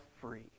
free